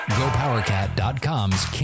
GoPowerCat.com's